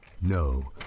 No